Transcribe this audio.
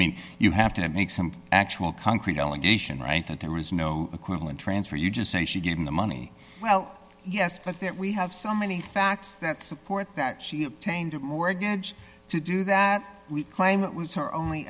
mean you have to make some actual concrete allegation right that there was no equivalent transfer you just say she gave him the money well yes but that we have so many facts that support that she obtained a mortgage to do that we claim it was her only